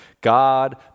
God